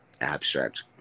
abstract